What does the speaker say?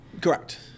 Correct